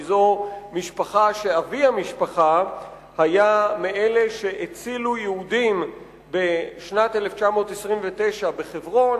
כי זו משפחה שאבי המשפחה היה מאלה שהצילו יהודים בשנת 1929 בחברון,